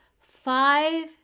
five